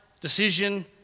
decision